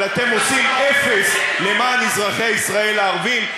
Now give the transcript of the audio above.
אבל אתם עושים אפס למען אזרחי ישראל הערבים,